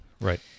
Right